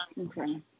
Okay